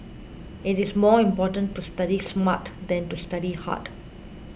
it is more important to study smart than to study hard